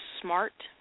smart